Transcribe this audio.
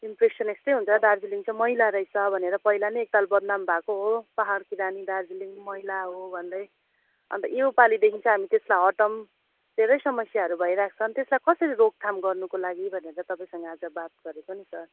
impression यस्तै हुन्छ दार्जिलिङ चाहिँ मैला रहेछ भनेर पहिला नि एकताल बदनाम भएको हो पाहाडकी रानी मैला हो भन्दै अन्त योपालिदेखि चाहिँ हामी त्यसलाई हटाऔँ धेरै समस्याहरू भइरहेको छ अनि त्यसलाई कसरी रोकथाम गर्नुको लागि भनेर तपाईँसँग आज बात गरेको नि सर